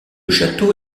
château